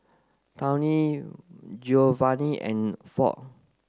Tawny Giovanni and Ford